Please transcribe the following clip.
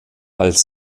als